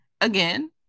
again